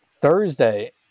Thursday